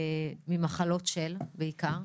ממחלות של מה בעיקר?